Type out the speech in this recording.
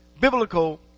biblical